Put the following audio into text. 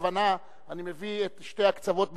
בכוונה אני מביא את שני הקצוות בציונות,